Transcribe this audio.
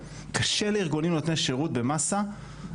קשה לארגונים נותני שירות במסה,